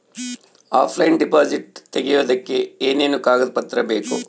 Offline deposit ತೆಗಿಯೋದಕ್ಕೆ ಏನೇನು ಕಾಗದ ಪತ್ರ ಬೇಕು?